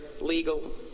legal